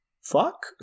fuck